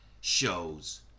shows